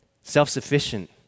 self-sufficient